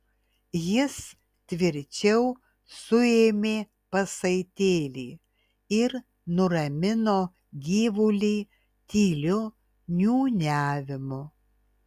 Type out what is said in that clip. jis tvirčiau suėmė pasaitėlį ir nuramino gyvulį tyliu niūniavimu